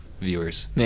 viewers